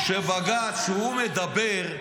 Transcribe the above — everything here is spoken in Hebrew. שבג"ץ, כשהוא מדבר,